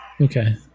okay